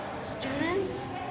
Students